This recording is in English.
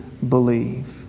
Believe